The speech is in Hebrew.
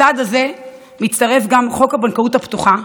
לצעד הזה מצטרף גם חוק הבנקאות הפתוחה,